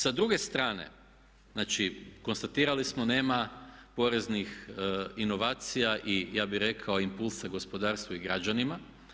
Sa druge strane, znači konstatirali smo nema poreznih inovacija i ja bih rekao impulsa gospodarstvu i građanima.